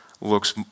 looks